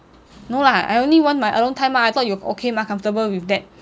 no lah I only want my alone time mah I thought you okay mah comfortable with that